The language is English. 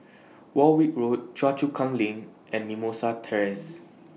Warwick Road Choa Chu Kang LINK and Mimosa Terrace